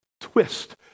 twist